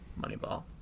Moneyball